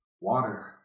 water